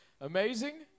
Amazing